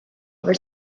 over